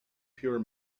pure